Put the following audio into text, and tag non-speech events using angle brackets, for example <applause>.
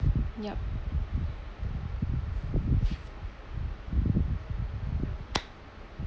yup <noise>